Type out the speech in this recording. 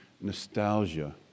nostalgia